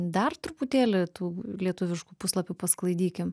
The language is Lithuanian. dar truputėlį tų lietuviškų puslapių pasklaidykim